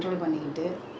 mmhmm